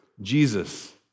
Jesus